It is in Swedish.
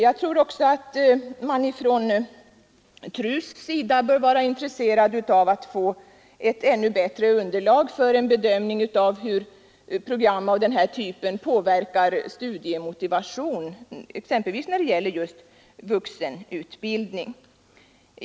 Jag tror också att man från TRU:s sida bör vara intresserad av att få ett ännu bättre underlag för en bedömning av hur program av denna typ påverkar studiemotivation exempelvis när det gäller just vuxenutbildning.